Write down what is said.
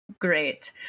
great